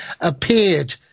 appeared